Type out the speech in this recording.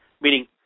meaning